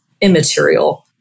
immaterial